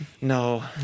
No